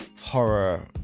horror